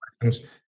questions